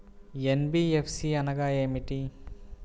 NBFC అనగా ఏమిటీ?